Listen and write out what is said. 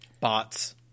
Bots